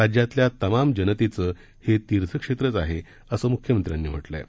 राज्यातल्या तमाम जनतेचं हे तीर्थक्षेत्रच आहे असं मुख्यमंत्र्यांनी म्हटलं आहे